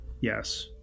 yes